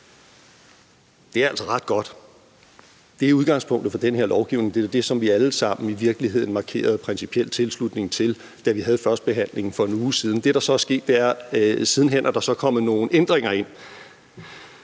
Det er altså ret godt. Det er udgangspunktet for den her lovgivning. Det er i virkeligheden det, som vi alle sammen markerede principiel tilslutning til, da vi havde førstebehandlingen for en uge siden. Det, der så er sket, er, at der siden hen er kommet nogle ændringer ind